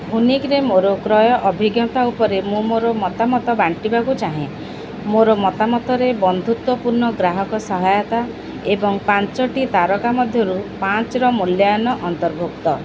ଭୁନିକ୍ରେ ମୋର କ୍ରୟ ଅଭିଜ୍ଞତା ଉପରେ ମୁଁ ମୋର ମତାମତ ବାଣ୍ଟିବାକୁ ଚାହେଁ ମୋର ମତାମତରେ ବନ୍ଧୁତ୍ୱପୂର୍ଣ୍ଣ ଗ୍ରାହକ ସହାୟତା ଏବଂ ପାଞ୍ଚଟି ତାରକା ମଧ୍ୟରୁ ପାଞ୍ଚର ମୂଲ୍ୟାୟନ ଅନ୍ତର୍ଭୁକ୍ତ